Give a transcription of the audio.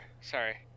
Sorry